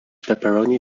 pepperoni